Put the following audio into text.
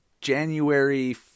January